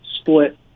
split